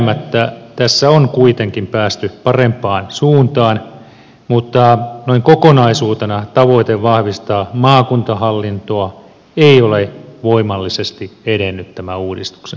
epäilemättä tässä on kuitenkin päästy parempaan suuntaan mutta noin kokonaisuutena tavoite vahvistaa maakuntahallin toa ei ole voimallisesti edennyt tämän uudistuksen myötä